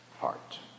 heart